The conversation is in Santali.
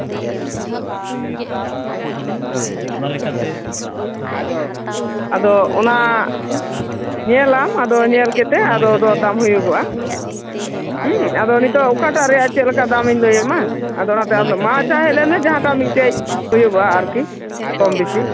ᱟᱫᱚ ᱚᱱᱟ ᱧᱮᱞᱟᱢ ᱟᱫᱚ ᱧᱮᱞ ᱠᱟᱛᱮ ᱟᱫᱚ ᱫᱚᱨᱫᱟᱢ ᱦᱩᱭᱩᱜᱚᱜᱼᱟ ᱦᱩᱸ ᱟᱫᱚ ᱱᱤᱛᱳᱜ ᱚᱠᱟᱴᱟᱜ ᱨᱮᱭᱟᱜ ᱪᱮᱫᱞᱮᱠᱟ ᱫᱟᱢᱤᱧ ᱞᱟᱹᱭᱟᱢᱟ ᱢᱟ ᱟᱪᱪᱷᱟ ᱦᱮᱡ ᱞᱮᱱ ᱢᱮ ᱡᱟᱦᱟᱸᱴᱟᱜ ᱢᱤᱫᱴᱮᱡ ᱦᱩᱭᱩᱜᱼᱟ ᱟᱨᱠᱤ ᱠᱚᱢ ᱵᱤᱥᱤ